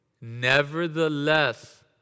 Nevertheless